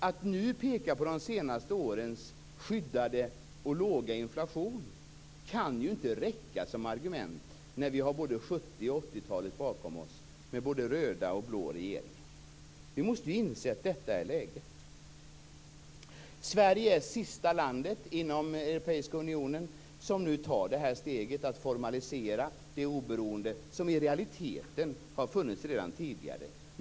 Att nu peka på de senaste årens skyddade och låga inflation kan inte räcka som argument när vi har både 70 och 80-talet bakom oss med både röda och blå regeringar. Vi måste ju inse att detta är läget. Sverige är det sista landet inom den europeiska unionen som nu tar steget att formalisera det oberoende som i realiteten har funnits redan tidigare.